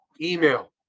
email